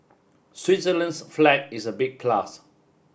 Switzerland's flag is a big plus